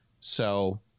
So-